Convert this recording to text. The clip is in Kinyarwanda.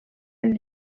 ane